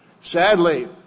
Sadly